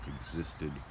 existed